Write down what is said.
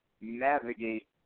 navigate